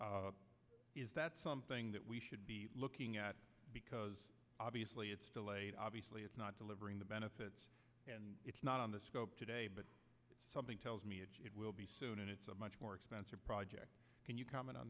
it is that something that we should be looking at because obviously it's delayed obviously it's not delivering the benefits and it's not on the scope today but something tells me it will be a much more expensive project can you comment on